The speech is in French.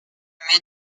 inhumée